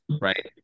right